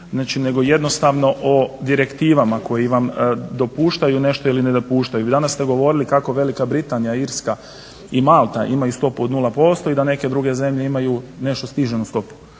nego jednostavno o direktivama koje vam dopuštaju nešto ili vam ne dopuštaju. Vi danas ste govorili kako Velika Britanija, Irska i Malta imaju stopu od 0% i da neke druge zemlje imaju nešto sniženu stopu.